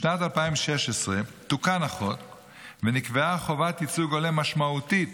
בשנת 2016 תוקן החוק ונקבעה חובת ייצוג הולם משמעותית,